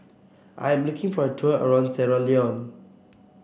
I am looking for a tour around Sierra Leone